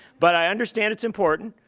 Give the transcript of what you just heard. but i understand it's important.